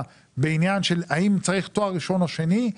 בעניין של האם צריך תואר ראשון או שני,